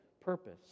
purpose